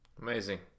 Amazing